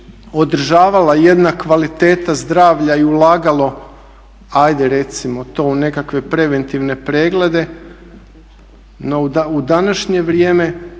održavala jedna kvaliteta zdravlja i ulagalo ajde recimo to u nekakve preventivne preglede, no u današnje vrijeme